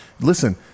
Listen